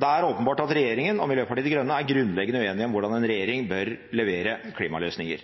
Det er åpenbart at regjeringen og Miljøpartiet De Grønne er grunnleggende uenige om hvordan en regjering bør levere klimaløsninger.